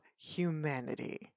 humanity